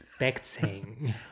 expecting